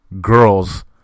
girls